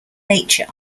nature